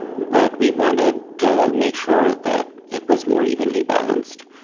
but we wanted to make sure that it was more evenly balanced.